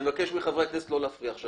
אני מבקש מחברי הכנסת לא להפריע.